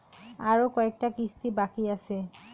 আরো কয়টা কিস্তি বাকি আছে?